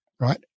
right